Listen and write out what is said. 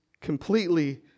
completely